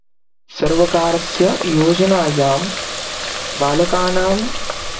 सर्वकारस्य योजनायां बालकानां